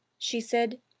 she said,